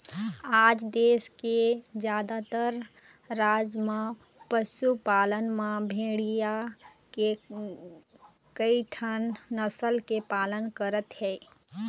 आज देश के जादातर राज म पशुपालक मन भेड़िया के कइठन नसल के पालन करत हे